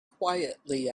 quietly